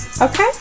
Okay